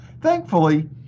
Thankfully